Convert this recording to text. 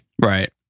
Right